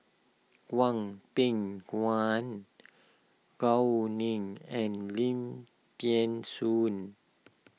Hwang Peng Gao Wu Ning and Lim thean Soon